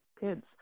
kids